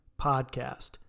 podcast